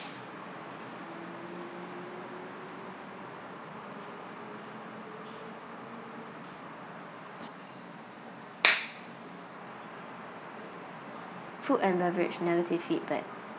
food and beverage negative feedback